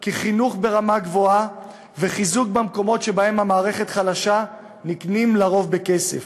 כי חינוך ברמה גבוהה וחיזוק במקומות שבהם המערכת חלשה נקנים לרוב בכסף.